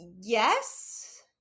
yes